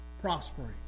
prospering